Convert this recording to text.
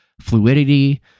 fluidity